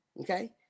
Okay